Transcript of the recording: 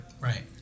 right